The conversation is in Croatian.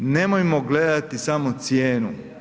Nemojmo gledati samo cijenu.